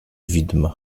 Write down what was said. widm